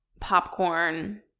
popcorn